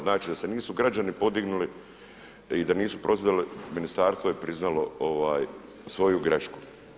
Znači da se nisu građani podignuli i da nisu prozvali ministarstvo je priznalo svoju grešku.